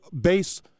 base